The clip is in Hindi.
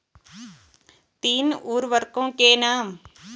तीन उर्वरकों के नाम?